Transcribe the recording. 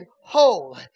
whole